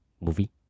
movie